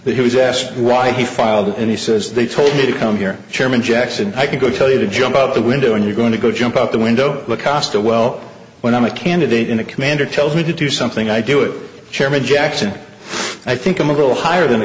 but he was asked why he filed and he says they told me to come here chairman jackson i can go tell you to jump out the window and you're going to go jump out the window because to well when i'm a candidate in a commander tells me to do something i do it chairman jackson i think i'm a little higher than